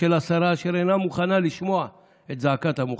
של השרה, אשר אינה מוכנה לשמוע את זעקת המוחלשים,